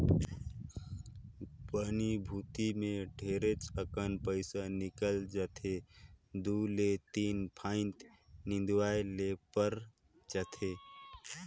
बनी मजदुरी मे ढेरेच अकन पइसा निकल जाथे दु ले तीन फंइत निंदवाये ले पर जाथे